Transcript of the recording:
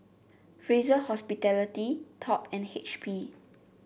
Fraser Hospitality Top and H P